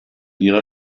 ihrer